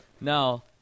Now